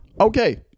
Okay